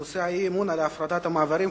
נושא האי-אמון על הפרטת המעברים.